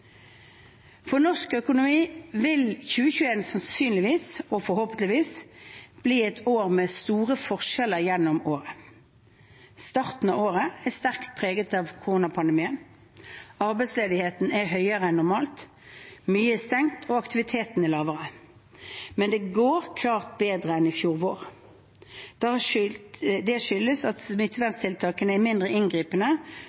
For norsk økonomi vil 2021 sannsynligvis – og forhåpentligvis – bli et år med store forskjeller gjennom året. Starten av året er sterkt preget av koronapandemien. Arbeidsledigheten er høyere enn normalt, mye er stengt, og aktiviteten er lavere. Men det går klart bedre enn i fjor vår. Det skyldes at